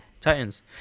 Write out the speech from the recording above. titans